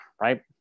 right